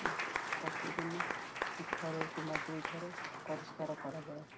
ପ୍ରତିଦିନ ଥରେ କିମ୍ବା ଦୁଇ ଥର ପରିଷ୍କାର କରାଯାଏ